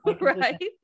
Right